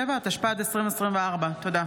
37), התשפ"ד 2024. תודה.